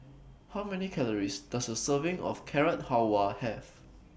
How Many Calories Does A Serving of Carrot Halwa Have